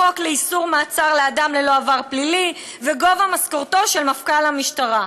החוק לאיסור מעצר של אדם ללא עבר פלילי וגובה משכורתו של מפכ"ל המשטרה.